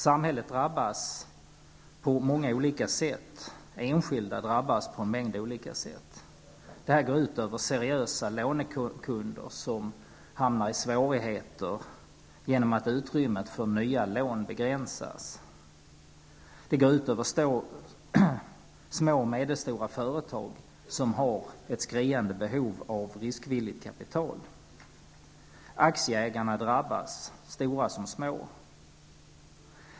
Samhället drabbas på många olika sätt, och enskilda drabbas på en mängd olika sätt. Detta går ut över seriösa lånekunder, som hamnar i svårigheter genom att utrymmet för nya lån begränsas. Det går ut över små och medelstora företag, som har ett skriande behov av riskvilligt kapital. Aktieägarna, stora som små, drabbas.